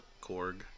Korg